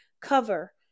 cover